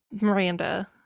Miranda